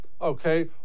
Okay